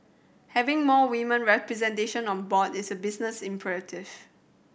having more women representation on board is a business imperative